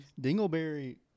Dingleberry –